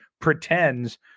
pretends